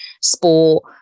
sport